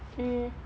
mm